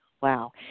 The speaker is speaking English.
Wow